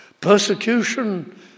persecution